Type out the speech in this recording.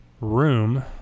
room